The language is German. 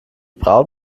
braut